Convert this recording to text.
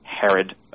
Herod